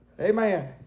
Amen